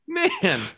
man